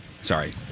Sorry